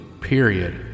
period